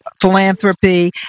philanthropy